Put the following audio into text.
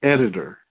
Editor